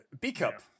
B-Cup